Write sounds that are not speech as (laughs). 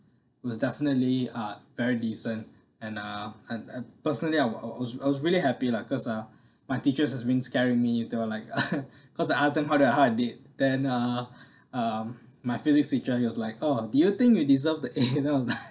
it was definitely uh very decent and uh and and personally I was I was I was really happy lah because ah my teachers has been scaring me they all like (laughs) because I ask them how did I how I did then uh um my physics teacher he was like oh do you think you deserve the A (laughs) then I was like (laughs)